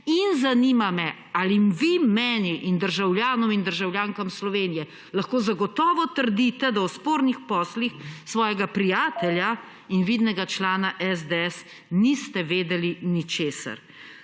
prijateljuje? Ali vi meni in državljanom in državljankam Slovenije lahko zagotovo zatrdite, da o spornih poslih svojega prijatelja in vidnega člana SDS niste vedeli ničesar?